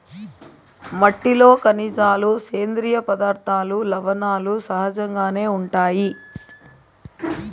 మట్టిలో ఖనిజాలు, సేంద్రీయ పదార్థాలు, లవణాలు సహజంగానే ఉంటాయి